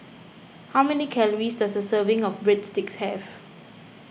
how many calories does a serving of Breadsticks have